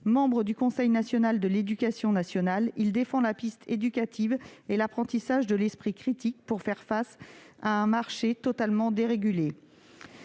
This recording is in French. Membre du Conseil scientifique de l'éducation nationale, il défend la piste éducative et l'apprentissage de l'esprit critique pour faire face à un marché totalement dérégulé.